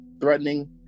threatening